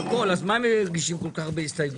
אז מה הם מגישים כל כך הרבה הסתייגויות?